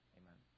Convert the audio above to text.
amen